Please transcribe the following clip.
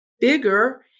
bigger